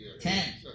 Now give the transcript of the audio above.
ten